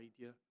idea